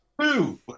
two